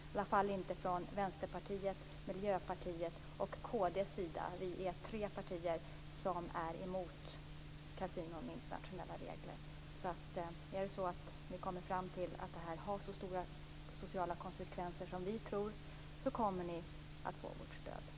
I alla fall inte vad gäller Vänsterpartiet, Miljöpartiet och kd. Vi är tre partier som är emot kasinon med internationella regler. Är det så att ni i regeringen kommer fram till att det här får så stora sociala konsekvenser som vi tror kommer ni att få vårt stöd.